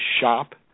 shop